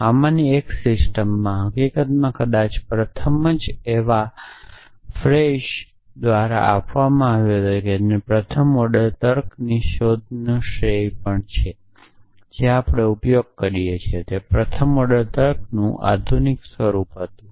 આમાંની એક સિસ્ટમમાં હકીકતમાં કદાચ પ્રથમ એવી જે ફ્રેજ દ્વારા આપવામાં આવી હતી જેને પ્રથમ ઓર્ડર તર્ક ની શોધનો શ્રેય પણ છે જે આપણે ઉપયોગ કરીએ છીએ તે પ્રથમ ઓર્ડર તર્ક નું આધુનિક સ્વરૂપ હતું